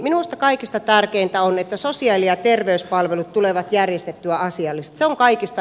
minusta kaikista tärkeintä on että sosiaali ja terveyspalvelut tulee järjestettyä asiallisesti